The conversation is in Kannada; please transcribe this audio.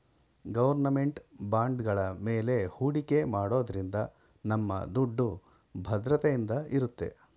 ಗೌರ್ನಮೆಂಟ್ ಬಾಂಡ್ಗಳ ಮೇಲೆ ಹೂಡಿಕೆ ಮಾಡೋದ್ರಿಂದ ನಮ್ಮ ದುಡ್ಡು ಭದ್ರತೆಯಿಂದ ಇರುತ್ತೆ